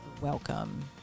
welcome